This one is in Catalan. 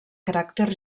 caràcter